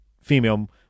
female